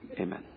amen